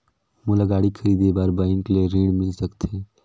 मोला गाड़ी खरीदे बार बैंक ले ऋण मिल सकथे?